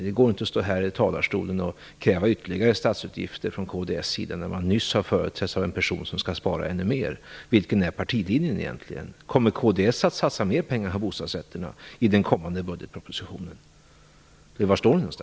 Ulf Björklund kan inte stå här i talarstolen och kräva ytterligare statsutgifter, när en annan företrädare för kds nyss har sagt att han skall spara ännu mer. Vilken är partilinjen egentligen? Kommer kds att satsa mer pengar på bostadsrätter i det kommande budgetförslaget? Var står ni?